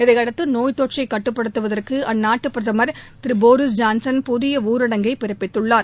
இதையடுத்து நோய்த்தொற்றை கட்டுப்படுத்துவதற்கு அந்நாட்டு பிரதமர் திரு போரிஸ் ஜான்சன் புதிய ஊரடங்கை பிறப்பித்துள்ளார்